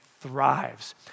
thrives